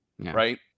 Right